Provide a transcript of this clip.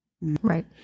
Right